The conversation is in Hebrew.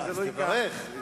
אז תברך.